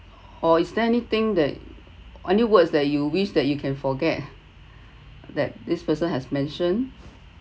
or is there anything that any words that you wish that you can forget that this person has mentioned